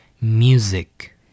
music